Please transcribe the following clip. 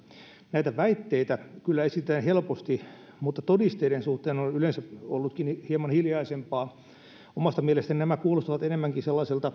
näitä väitteitä kyllä esitetään helposti mutta todisteiden suhteen on yleensä ollutkin hieman hiljaisempaa omasta mielestäni nämä kuulostavat enemmänkin